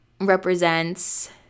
represents